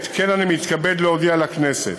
כן אני מתכבד להודיע לכנסת